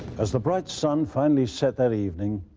as the bright sun finally set that evening,